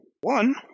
one